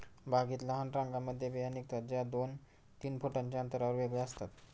बागेत लहान रांगांमध्ये बिया निघतात, ज्या दोन तीन फुटांच्या अंतरावर वेगळ्या असतात